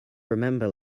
remember